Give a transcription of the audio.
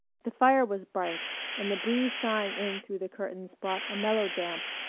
the fire was bright and the breeze sighing in through the curtains brought a mellow damp,